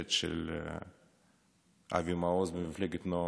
נוספת של אבי מעוז ומפלגת נועם,